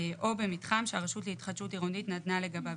"או במתחם שהרשות להתחדשות עירונית נתנה לגביו